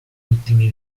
ultimi